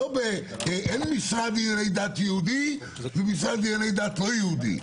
אין משרד לענייני דת יהודי ומשרד לענייני דת לא יהודי.